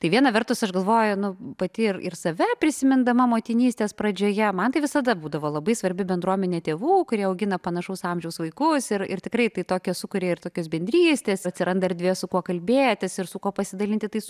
tai viena vertus aš galvoju nu pati ir save prisimindama motinystės pradžioje man tai visada būdavo labai svarbi bendruomenė tėvų kurie augina panašaus amžiaus vaikus ir ir tikrai tai tokią sukuria ir tokios bendrystės atsiranda erdvė su kuo kalbėtis ir su kuo pasidalinti tais